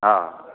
હા